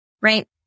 right